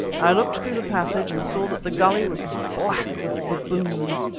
i looked through the passage and saw that the gulley was black with baboons.